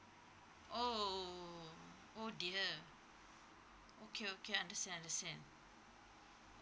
oh oh dear okay okay understand understand